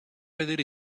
vedere